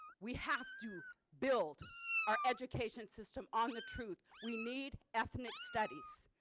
we have to build our education system on the truth. we need ethnic studies.